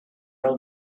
all